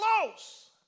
close